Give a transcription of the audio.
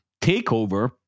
takeover